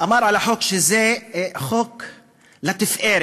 אמר על החוק שזה חוק לתפארת.